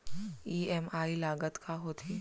EMI लागत का होथे?